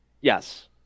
Yes